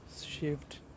shift